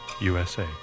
USA